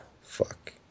Fuck